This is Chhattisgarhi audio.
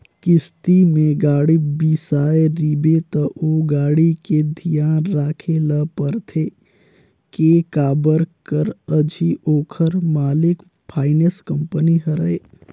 किस्ती में गाड़ी बिसाए रिबे त ओ गाड़ी के धियान राखे ल परथे के काबर कर अझी ओखर मालिक फाइनेंस कंपनी हरय